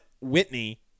Whitney